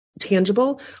Tangible